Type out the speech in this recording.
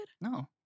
No